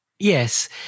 Yes